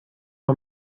mal